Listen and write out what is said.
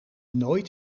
nooit